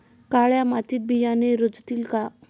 काळ्या मातीत बियाणे रुजतील का?